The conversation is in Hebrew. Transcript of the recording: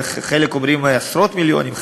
חלק אומרים עשרות מיליונים,